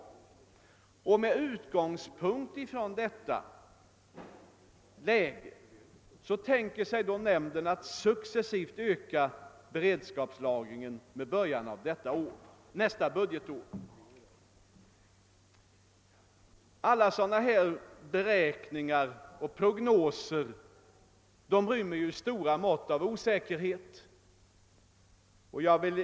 Utgående från detta läge tänker sig således nämnden att successivt öka beredskapslagringen fr.o.m. nästa budgetår. Alla beräkningar och prognoser är emellertid behäftade med stor osäkerhet.